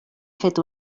fet